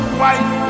white